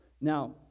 now